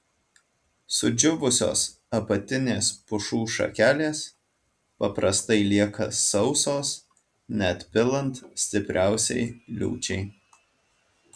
sudžiūvusios apatinės pušų šakelės paprastai lieka sausos net pilant stipriausiai liūčiai